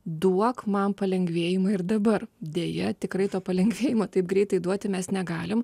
duok man palengvėjimą ir dabar deja tikrai to palengvėjimo taip greitai duoti mes negalim